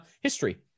history